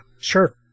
sure